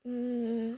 mm